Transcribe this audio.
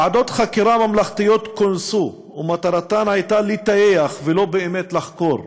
ועדות חקירה ממלכתיות כונסו ומטרתן הייתה לטייח ולא באמת לחקור,